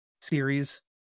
series